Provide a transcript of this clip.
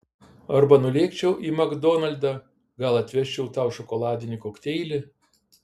arba nulėkčiau į makdonaldą gal atvežčiau tau šokoladinį kokteilį